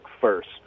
first